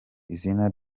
izina